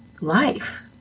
life